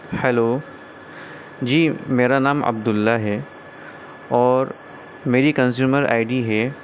hello جی میرا نام عبداللہ ہے اور میری کنزیومر آئی ڈی ہے